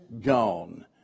gone